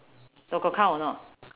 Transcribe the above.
so got count or not